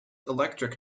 electric